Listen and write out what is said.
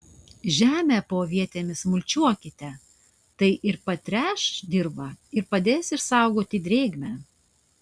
žemę po avietėmis mulčiuokite tai ir patręš dirvą ir padės išsaugoti drėgmę